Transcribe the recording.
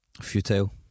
futile